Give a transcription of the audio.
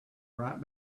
right